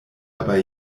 dabei